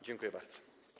Dziękuję bardzo.